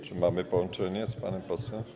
Czy mamy połączenie z panem posłem?